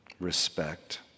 respect